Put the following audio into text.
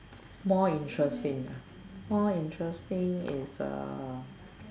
more interesting more interesting is uh